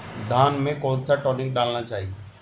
धान में कौन सा टॉनिक डालना चाहिए?